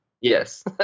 Yes